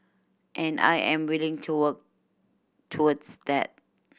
and I am willing to work towards that